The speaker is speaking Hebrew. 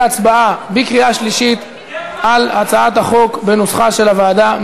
להצבעה בקריאה שלישית על הצעת החוק בנוסחה של הוועדה.